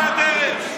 מה עם מורי הדרך?